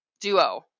duo